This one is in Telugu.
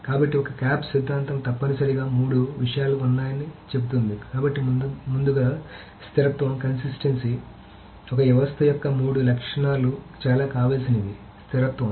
కాబట్టి ఒక క్యాప్ సిద్ధాంతం తప్పనిసరిగా మూడు విషయాలు ఉన్నాయని చెబుతుంది కాబట్టి ముందుగా స్థిరత్వం ఒక వ్యవస్థ యొక్క మూడు లక్షణాలు చాలా కావాల్సినవి స్థిరత్వం